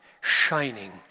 shining